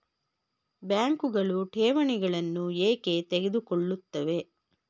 ಬ್ಯಾಂಕುಗಳು ಠೇವಣಿಗಳನ್ನು ಏಕೆ ತೆಗೆದುಕೊಳ್ಳುತ್ತವೆ?